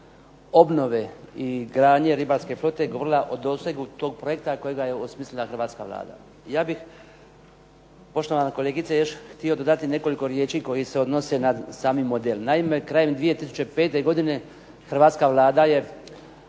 obnove i gradnje ribarske flote govorila o dosegu tog projekta kojega je osmislila hrvatska Vlada. Ja bih poštovana kolegice još htio dodati nekoliko riječi koji se odnose na sami model. Naime, krajem 2005. godine hrvatska Vlada je